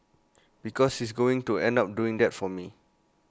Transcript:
because he's going to end up doing that for me